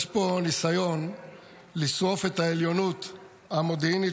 יש פה ניסיון לשרוף את העליונות המודיעינית